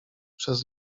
przez